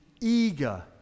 eager